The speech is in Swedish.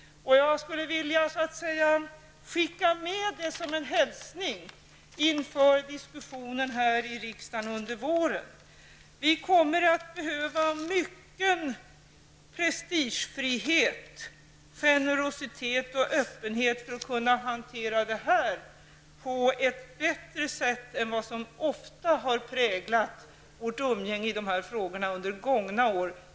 Jag vill skicka med de orden som en hälsning inför diskussionen här i riksdagen under våren. Det kommer att behövas mycken prestigefrihet, generositet och öppenhet för att kunna hantera dessa frågor på ett bättre sätt än vad som ofta har präglat vårt umgänge när vi har diskuterat dem under gångna år.